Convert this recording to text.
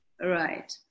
Right